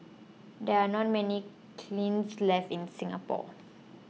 there are not many kilns left in Singapore